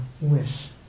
wish